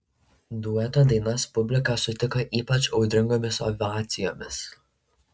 dueto dainas publika sutiko ypač audringomis ovacijomis